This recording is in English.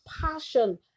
passion